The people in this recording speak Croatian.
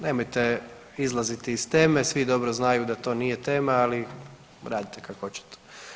Nemojte izlaziti iz teme, svi dobro znaju da to nije tema, ali radite kako hoćete.